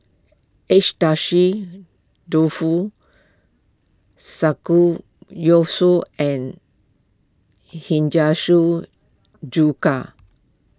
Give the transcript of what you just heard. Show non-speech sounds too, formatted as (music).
Agedashi Dofu Samgeyopsal and H (unintelligible) Chuka